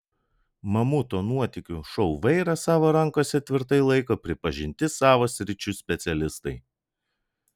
mamuto nuotykių šou vairą savo rankose tvirtai laiko pripažinti savo sričių specialistai